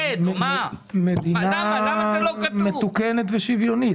מדינה מתוקנת ושוויונית.